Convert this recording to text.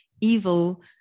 evil